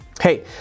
Hey